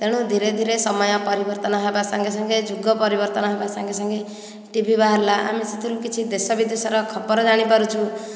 ତେଣୁ ଧୀରେ ଧୀରେ ସମୟ ପରିବର୍ତ୍ତନ ହେବା ସଙ୍ଗେସଙ୍ଗେ ଯୁଗ ପରିବର୍ତ୍ତନ ହେବା ସଙ୍ଗେସଙ୍ଗେ ଟିଭି ବାହାରିଲା ଆମେ ସେଥିରୁ କିଛି ଦେଶ ବିଦେଶର ଖବର ଜାଣିପାରୁଛୁ